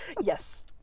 Yes